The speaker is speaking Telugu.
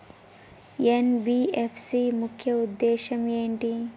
ఎన్.బి.ఎఫ్.సి ముఖ్య ఉద్దేశం ఏంటి?